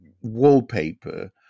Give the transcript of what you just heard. wallpaper